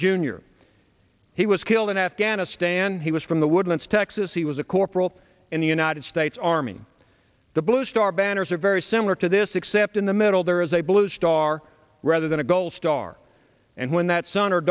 junior he was killed in afghanistan he was from the woodlands texas he was a corporal in the united states army the blue star banners are very similar to this except in the middle there is a blue star rather than a gold star and when that son or